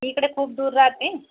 मी इकडं खूप दूर राहते